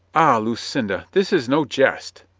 ah, lucinda, this is no jest!